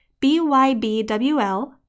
BYBWL